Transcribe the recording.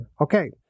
Okay